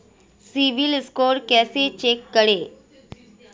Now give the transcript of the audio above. CIBIL score कैसे check करें?